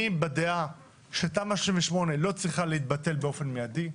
אני בדעה שתמ"א 38 לא צריכה להתבטל באופן מיידי.